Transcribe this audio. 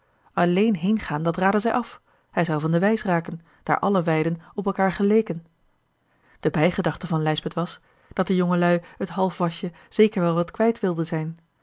alleen heengaan dat raadde zij af hij zou van de wijs raken daar alle weiden op elkaâr geleken de bijgedachte van lijsbeth was dat de jongeluî het halfwasje zeker wel wat kwijt wilden zijn